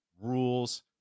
rules